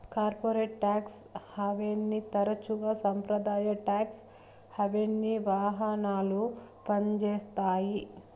corporate tax హావెన్ని తరచుగా సంప్రదాయ టాక్స్ హావెన్కి వాహనాలుగా పంజేత్తాయి